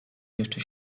jeszcze